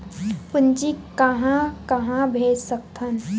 पूंजी कहां कहा भेज सकथन?